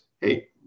hey